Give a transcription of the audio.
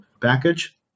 package